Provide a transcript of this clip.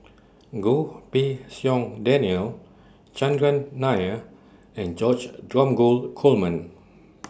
Goh Pei Siong Daniel Chandran Nair and George Dromgold Coleman